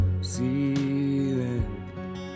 ceiling